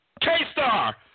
K-Star